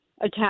attack